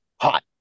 hot